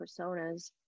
personas